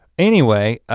anyway,